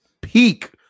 peak